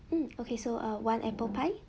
hmm okay so uh one apple pie